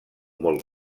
molt